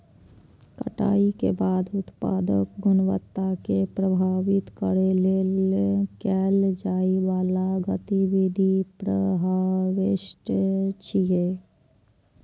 कटाइ के बाद उत्पादक गुणवत्ता कें प्रभावित करै लेल कैल जाइ बला गतिविधि प्रीहार्वेस्ट छियै